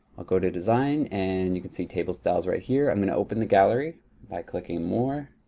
i'll go to design and you can see table styles right here. i'm gonna open the gallery by clicking more.